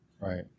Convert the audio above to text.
Right